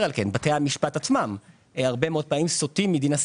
ההוראה כאן קובעת שהקבלן חב בפיצוי אלא אם כן יחולו הנסיבות הנדירות של